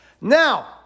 Now